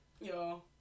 yo